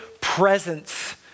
presence